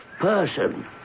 person